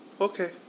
Okay